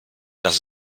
dass